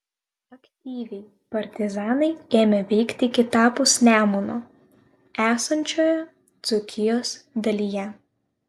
aktyviai partizanai ėmė veikti kitapus nemuno esančioje dzūkijos dalyje